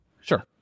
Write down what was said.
Sure